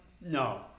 No